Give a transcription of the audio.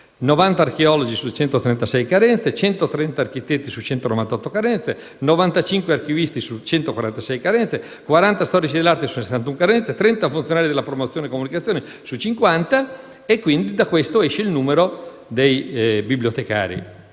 90 archeologi su 136 carenze, 130 architetti su 198 carenze, 95 archivisti su 146 carenze, 40 storici dell'arte su 61 carenze, 30 funzionari della promozione e comunicazione su 50 carenze. Da qui deriva il numero dei bibliotecari,